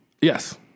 Yes